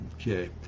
Okay